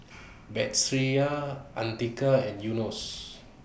Batrisya Andika and Yunos